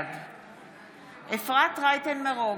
בעד אפרת רייטן מרום,